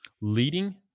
Leading